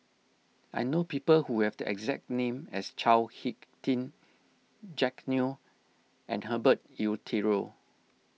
I know people who have the exact name as Chao Hick Tin Jack Neo and Herbert Eleuterio